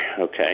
okay